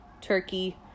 Turkey